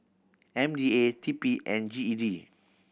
M D A T P and G E D